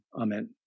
Amen